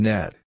Net